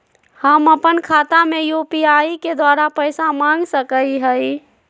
हम अपन खाता में यू.पी.आई के द्वारा पैसा मांग सकई हई?